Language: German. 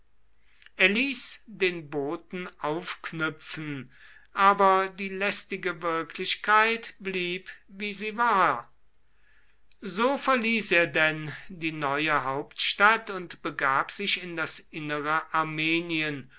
den boten aufknüpfen aber die lästige wirklichkeit blieb wie sie war so verließ er denn die neue hauptstadt und begab sich in das innere armenien